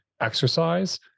exercise